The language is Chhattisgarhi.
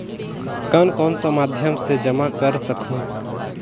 कौन कौन सा माध्यम से जमा कर सखहू?